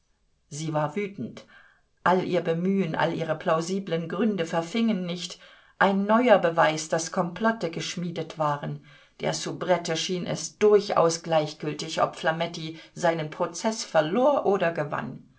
sie war wütend all ihr bemühen alle ihre plausiblen gründe verfingen nicht ein neuer beweis daß komplotte geschmiedet waren der soubrette schien es durchaus gleichgültig ob flametti seinen prozeß verlor oder gewann